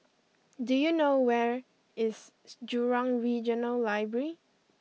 do you know where is Jurong Regional Library